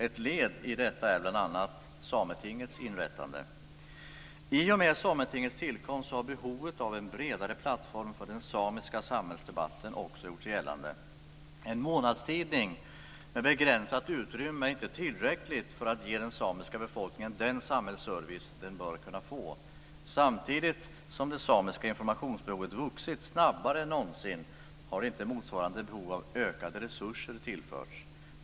Ett led i detta är bl.a. Sametingets inrättande. I och med Sametingets tillkomst har behovet av en bredare plattform för den samiska samhällsdebatten också gjort sig gällande. En månadstidning med begränsat utrymme är inte tillräckligt för att ge den samiska befolkningen den samhällsservice den bör kunna få. Samtidigt som det samiska informationsbehovet vuxit snabbare än någonsin har inte motsvarande ökade resurser tillförts.